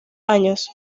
años